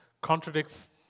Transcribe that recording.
contradicts